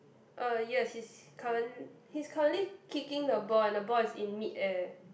uh yes he's current he's currently kicking the ball and the ball is in mid air